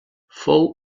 fou